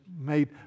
made